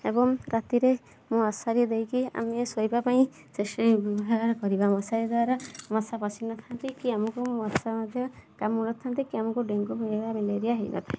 ଏବଂ ରାତିରେ ମଶାରୀ ଦେଇକି ଆମେ ଶୋଇବା ପାଇଁ କରିବା ମଶାରି ଦ୍ୱାରା ମଶା ପଶି ନଥାନ୍ତି କି ଆମକୁ ମଶା ମଧ୍ୟ କାମୁଡ଼ି ନଥାନ୍ତି କି ଆମକୁ ଡେଙ୍ଗୁ ବା ମ୍ୟାଲେରିଆ ହେଇ ନଥାଏ